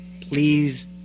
Please